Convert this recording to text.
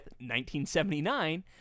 1979